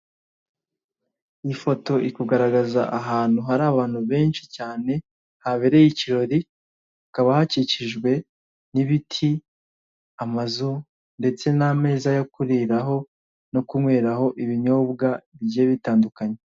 Ifoto iri kugaragaza ahantu hari abantu benshi cyane habereye ikirori, hakaba hakikijwe n'ibiti, amazu ndetse n'ameza yo kuriraho no kunyweraho ibinyobwa bigiye bitandukanye.